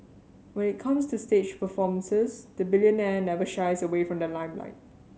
when it comes to stage performances the billionaire never shies away from the limelight